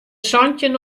santjin